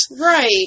Right